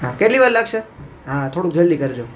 હા કેટલી વાર લાગશે હા થોડુંક જલ્દી કરજો